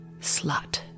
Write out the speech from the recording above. Slut